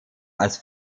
als